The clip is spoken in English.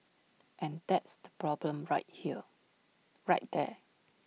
and that's the problem right here right there